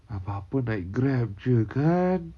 apa-apa naik grab jer kan